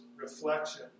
reflection